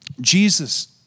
Jesus